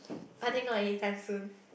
I think not anytime soon